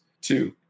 two